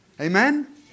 Amen